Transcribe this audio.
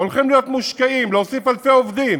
הולכים להיות מושקעים, להוסיף אלפי עובדים,